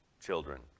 children